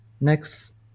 next